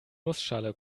nussschale